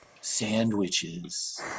Sandwiches